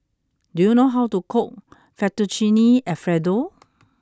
do you know how to cook Fettuccine Alfredo